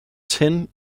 ten